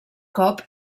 cop